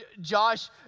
Josh